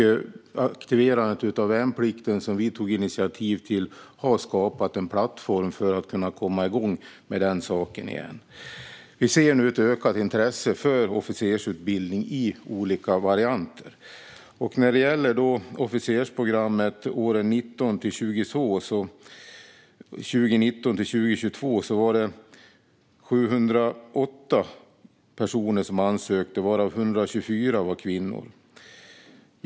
Aktiverandet av värnplikten, som vi tog initiativ till, har skapat en plattform för att komma igång med den igen. Vi ser nu ett ökat intresse för officersutbildning i olika varianter. När det gäller officersprogrammet för 2019-2022 var det 708 personer som ansökte, varav 124 var kvinnor.